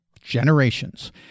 generations